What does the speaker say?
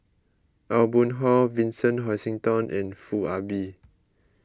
Aw Boon Haw Vincent Hoisington and Foo Ah Bee